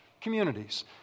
communities